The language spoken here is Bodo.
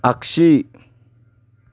आख्सि